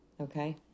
Okay